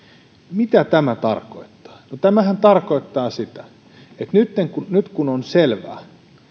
mitä tämä tarkoittaa no tämähän tarkoittaa sitä että nyt kun on selvää